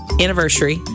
anniversary